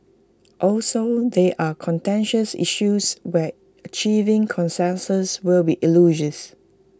also they are contentious issues where achieving consensus will be elusive